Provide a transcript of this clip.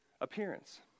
appearance